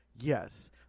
yes